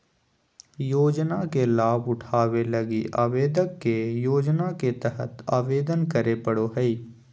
योजना के लाभ उठावे लगी आवेदक के योजना के तहत आवेदन करे पड़ो हइ